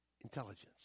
intelligence